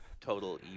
total